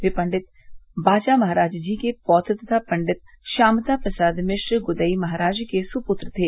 वे पंडित बाचा महाराज जी के पौत्र तथा पंडित शामता प्रसाद मिश्र गुदई महाराज के सुपत्र थे